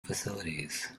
facilities